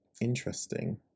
interesting